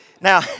Now